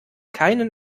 keinen